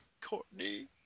Courtney